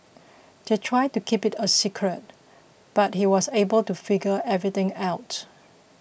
they tried to keep it a secret but he was able to figure everything out